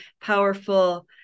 powerful